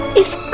is